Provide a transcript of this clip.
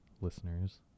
listeners